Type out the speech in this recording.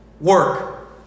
Work